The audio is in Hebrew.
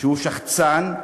שהוא שחצן,